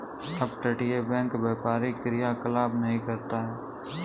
अपतटीय बैंक व्यापारी क्रियाकलाप नहीं करता है